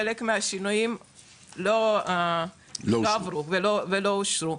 חלק מהשינויים לא עברו ולא אושרו.